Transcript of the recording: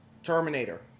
Terminator